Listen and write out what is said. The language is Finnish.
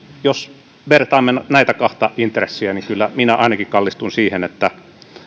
jos vertaamme näitä kahta intressiä niin kyllä minä ainakin kallistun siihen että